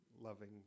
loving